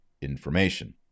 information